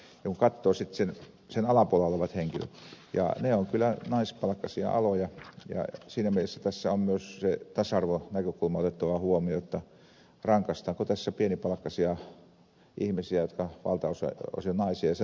ja kun katsoo sitten sen rajan alapuolella olevia henkilöitä niin ne ovat kyllä naispalkkaisia aloja ja siinä mielessä tässä on myös se tasa arvonäkökulma otettava huomioon rangaistaanko tässä pienipalkkaisia ihmisiä jotka valtaosin ovat naisia